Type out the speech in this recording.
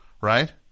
right